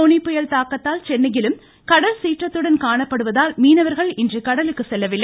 போனி புயல் தாக்கத்தால் சென்னையிலும் கடல் சீற்றத்துடன் காணப்படுவதால் மீனவர்கள் இன்று கடலுக்குள் செல்லவில்லை